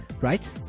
Right